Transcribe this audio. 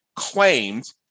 claimed